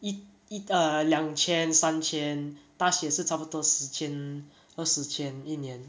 一一 uh 两千三千大学是差不多十千二十千一年